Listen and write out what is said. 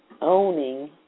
owning